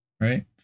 right